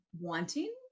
wanting